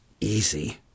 easy